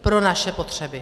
Pro naše potřeby.